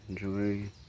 Enjoy